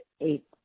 eight